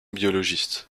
biologiste